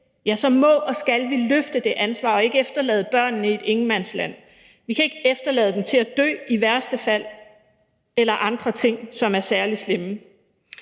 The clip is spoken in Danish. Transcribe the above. nemt, så må og skal vi løfte det ansvar og ikke efterlade børnene i et ingenmandsland. Vi kan ikke efterlade dem til i værste fald at dø eller andre ting, som er særligt slemme.